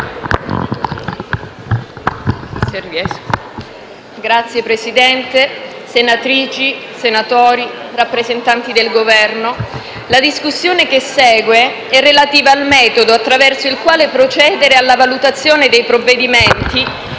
Signor Presidente, senatrici, senatori, rappresentanti del Governo, la discussione che segue è relativa al metodo attraverso il quale procedere alla valutazione dei provvedimenti